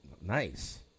Nice